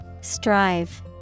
Strive